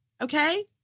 Okay